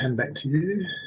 and back to you.